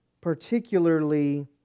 particularly